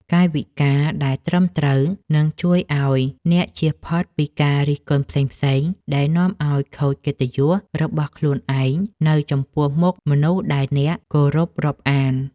កាយវិការដែលត្រឹមត្រូវនឹងជួយឱ្យអ្នកជៀសផុតពីការរិះគន់ផ្សេងៗដែលនាំឱ្យខូចកិត្តិយសរបស់ខ្លួនឯងនៅចំពោះមុខមនុស្សដែលអ្នកគោរពរាប់អាន។